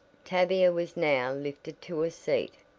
tavia was now lifted to a seat,